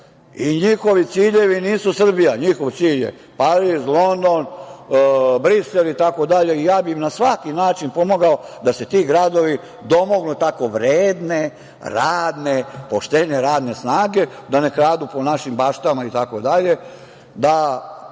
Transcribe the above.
i njihovi ciljevi nisu Srbija, njihov cilj je Pariz, London, Brisel itd. Ja bi im na svaki način pomogao da se ti gradovi domognu tako vredne, radne, poštene radne snage, da ne kradu po našim baštama itd.